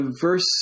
Verse